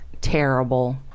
terrible